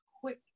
quick